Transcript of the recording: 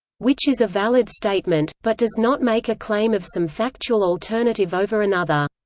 which is a valid statement, but does not make a claim of some factual alternative over another.